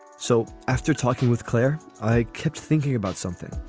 so after talking with claire, i kept thinking about something.